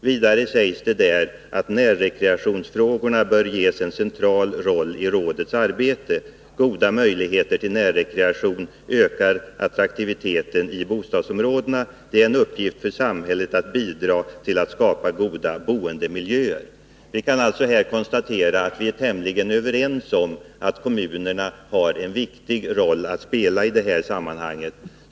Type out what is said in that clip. Vidare sägs i propositionen att närrekreationsfrågorna bör ges en central roll i rådets arbete. Goda möjligheter till närrekreation ökar attraktiviteten i bostadsområdena. Det är en uppgift för samhället att bidra till att skapa goda boendemiljöer. Vi kan alltså konstatera att vi är tämligen överens om att kommunerna har en viktig roll att spela i det här sammanhanget.